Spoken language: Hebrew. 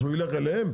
אז הוא יילך אליהם?